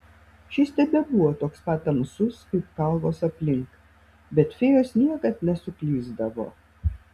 šis tebebuvo toks pat tamsus kaip kalvos aplink bet fėjos niekad nesuklysdavo